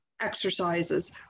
exercises